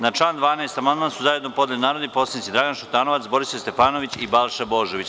Na član 12. amandman su zajedno podneli narodni poslanici Dragan Šutanovac, Borislav Stefanović i Balša Božović.